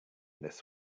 this